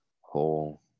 whole